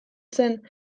zen